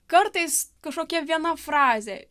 kartais kažkokia viena frazė